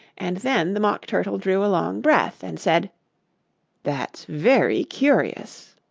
and then the mock turtle drew a long breath, and said that's very curious